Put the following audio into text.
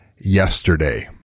yesterday